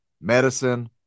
medicine